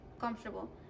comfortable